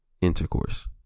intercourse